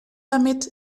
damit